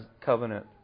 Covenant